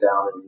Down